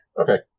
Okay